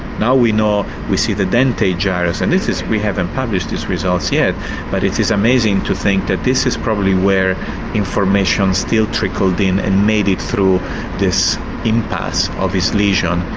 now we know we see the dentate gyrus, and this is we haven't published the results yet but it is amazing to think that this is probably where information still trickled in and made it through this impasse of this lesion,